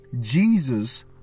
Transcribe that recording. Jesus